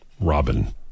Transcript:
Robin